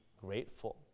grateful